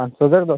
ପାଞ୍ଚହଜାର